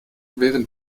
wären